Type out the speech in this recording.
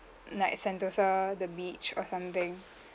mm like sentosa the beach or something